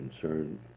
concern